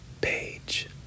page